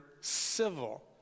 civil